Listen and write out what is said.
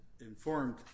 informed